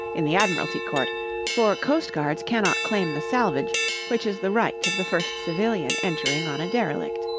in the admiralty court for coastguards cannot claim the salvage which is the right of the first civilian entering on a derelict.